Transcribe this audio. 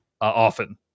often